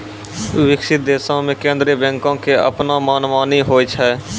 विकसित देशो मे केन्द्रीय बैंको के अपनो मनमानी होय छै